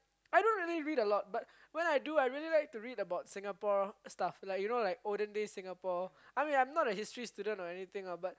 I don't really read a lot but when I do I really like to read about Singapore stuff like you know like olden day Singapore I mean I'm not a history student or anything but